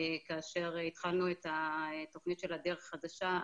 כאשר התחלנו את התוכנית של 'הדרך החדשה',